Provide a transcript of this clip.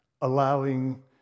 allowing